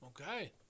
Okay